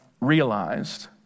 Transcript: realized